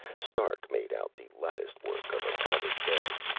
stark made out the lattice-work of a covered bed,